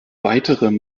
weitere